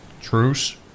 Truce